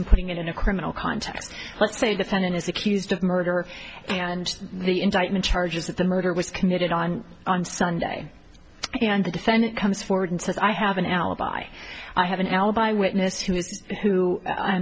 and putting it in a criminal context let's say defendant is accused of murder and the indictment charges that the murder was committed on on sunday and the defendant comes forward and says i have an alibi i have an alibi witness who's who